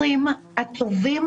אפקטיביים,